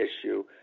issue